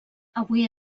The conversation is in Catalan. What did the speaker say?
avui